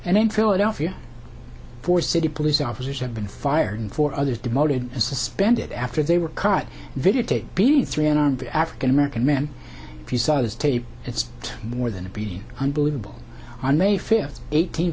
and in philadelphia for city police officers have been fired four others demoted suspended after they were caught videotaped beating three unarmed african american men if you saw the tape it's more than to be unbelievable on may fifth eighteen